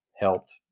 helped